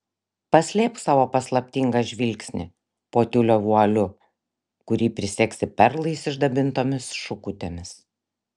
paslėpk savo paslaptingą žvilgsnį po tiulio vualiu kurį prisegsi perlais išdabintomis šukutėmis